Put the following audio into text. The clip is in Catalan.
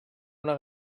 una